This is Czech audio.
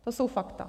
To jsou fakta.